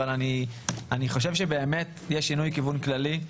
אבל אני חושב שבאמת יש שינוי כיוון כללי,